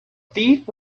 thief